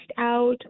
out